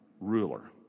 ruler